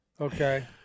Okay